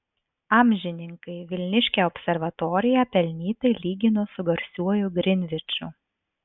amžininkai vilniškę observatoriją pelnytai lygino su garsiuoju grinviču